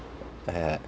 ya